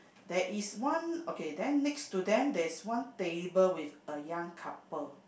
that is one okay then next to them that's one table with a young couple